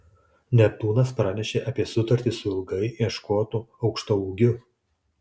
neptūnas pranešė apie sutartį su ilgai ieškotu aukštaūgiu